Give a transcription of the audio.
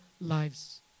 lives